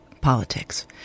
politics